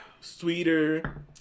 sweeter